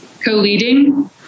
co-leading